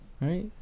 Right